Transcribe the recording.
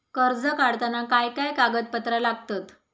कर्ज काढताना काय काय कागदपत्रा लागतत?